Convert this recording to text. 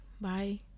bye